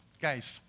Guys